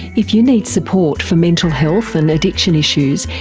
if you need support for mental health and addiction issues,